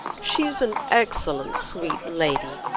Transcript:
she's an excellent sweet lady,